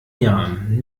jahren